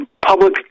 public